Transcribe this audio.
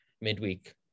midweek